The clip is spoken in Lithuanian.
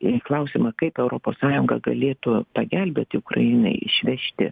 į klausimą kaip europos sąjunga galėtų pagelbėti ukrainai išvežti